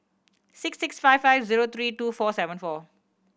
six six five five zero three two four seven four